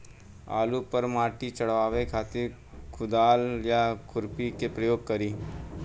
आलू पर माटी चढ़ावे खातिर कुदाल या खुरपी के प्रयोग करी?